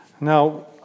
Now